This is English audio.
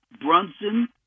brunson